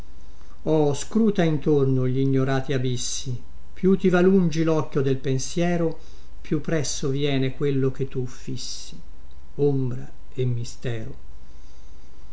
oh scruta intorno glignorati abissi più ti va lungi locchio del pensiero più presso viene quello che tu fissi ombra e mistero